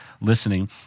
listening